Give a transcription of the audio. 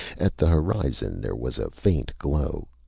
at the horizon there was a faint glow.